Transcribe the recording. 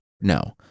No